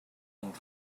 and